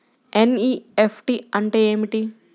NEFT అంటే ఏమిటీ?